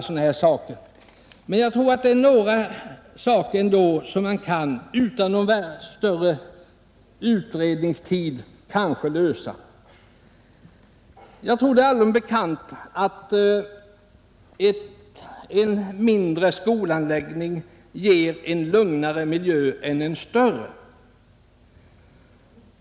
Jag tror emellertid att det finns en hel del problem som man utan att avvakta några utredningsresultat kan lösa. Det är allmänt bekant att en mindre skolanläggning ger en lugnare miljö än en större.